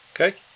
Okay